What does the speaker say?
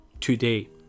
today